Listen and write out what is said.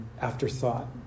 afterthought